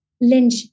Lynch